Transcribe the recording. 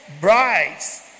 brides